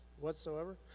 whatsoever